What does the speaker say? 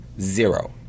zero